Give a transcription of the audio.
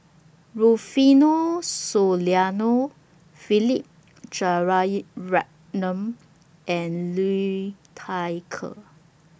Rufino Soliano Philip and Liu Thai Ker